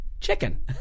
chicken